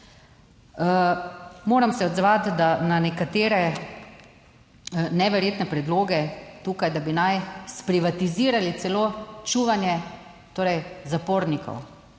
Moram se odzvati, da na nekatere neverjetne predloge tukaj, da bi naj sprivatizirali celo čuvanje torej zapornikov.